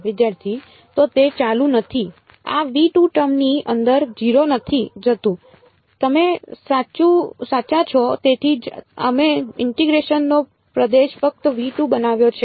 વિદ્યાર્થી તો તે ચાલુ નથી આ ટર્મ ની અંદર 0 નથી જતું તમે સાચા છો તેથી જ અમે ઇન્ટીગ્રેશન નો પ્રદેશ ફક્ત બનાવ્યો છે